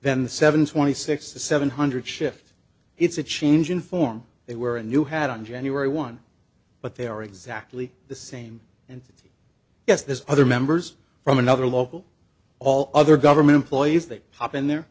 the seven twenty six the seven hundred shift it's a change in form they were a new hat on january one but they are exactly the same entity yes this other members from another local all other government employees they pop in there